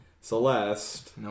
Celeste